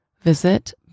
Visit